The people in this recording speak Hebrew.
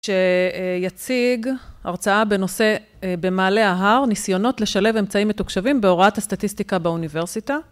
שיציג הרצאה בנושא במעלה ההר, ניסיונות לשלב אמצעים מתוקשבים בהוראת הסטטיסטיקה באוניברסיטה.